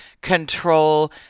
control